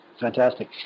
fantastic